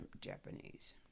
Japanese